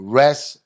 rest